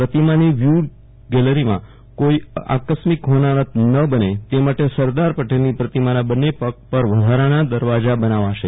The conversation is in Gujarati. પ્રતિમાની વ્યુ ગેલેરીમાં કોઈ આકસ્મિક હોનારત ન બને તે માટે સરદાર પટેલી પ્રતિમાના બંને પગ પર વધારાના દરવાજા બનાવાશે